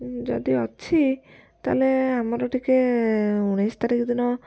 ଯଦି ଅଛି ତା'ହେଲେ ଆମର ଟିକେ ଉଣେଇଶ ତାରିଖ ଦିନ